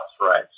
right